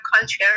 culture